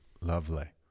Lovely